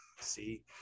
see